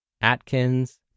Atkins